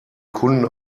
kunden